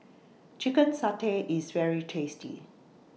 Chicken Satay IS very tasty